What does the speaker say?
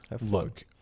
look